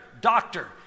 Doctor